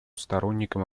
сторонником